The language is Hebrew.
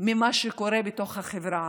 ממה שקורה בתוך החברה הערבית.